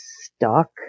stuck